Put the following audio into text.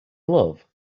love